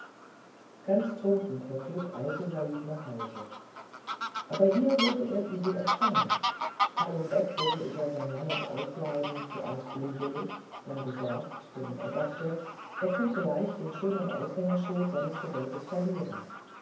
ganz trunken vor glück eilte said nach hause aber hier wurde er übel empfangen kalum beck wurde über sein langes ausbleiben zuerst unwillig und dann besorgt denn er dachte er könnte leicht den schönen aushängeschild seines gewölbes verlieren